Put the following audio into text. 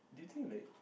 do you think like